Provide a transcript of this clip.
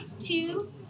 two